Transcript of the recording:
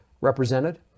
represented